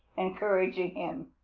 encouraging him.